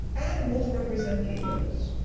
animals represent kingdoms.